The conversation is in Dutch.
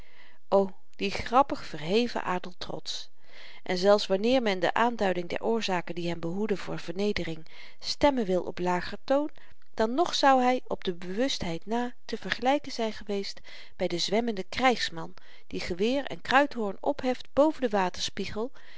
o die grappig verheven adeltrots en zelfs wanneer men de aanduiding der oorzaken die hem behoedden voor vernedering stemmen wil op lager toon dan nog zou hy op de bewustheid na te vergelyken zyn geweest by den zwemmenden krygsman die geweer en kruithoorn opheft boven den